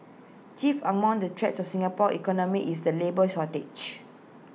chief among the threats to Singapore's economy is the labour shortage